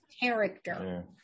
character